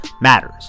matters